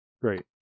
Great